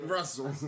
Russell